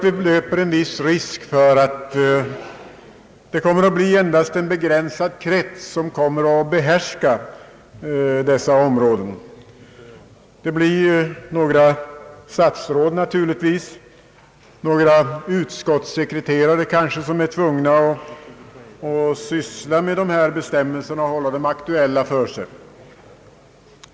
Vi löper en viss risk för att det kommer att bli endast en begränsad krets som kommer att behärska dessa områden. Det blir naturligtvis några statsråd och kanske några utskottssekreterare som är tvungna att syssla med dessa bestämmelser och ha dem aktuella för sig.